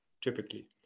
typically